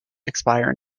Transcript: expire